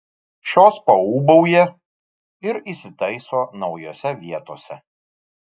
šios paūbauja ir įsitaiso naujose vietose